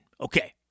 Okay